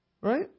Right